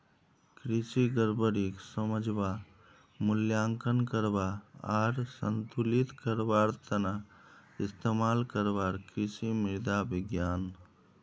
कृषि गड़बड़ीक समझवा, मूल्यांकन करवा आर संतुलित करवार त न इस्तमाल करवार कृषि मृदा विज्ञान